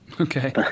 Okay